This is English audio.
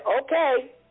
okay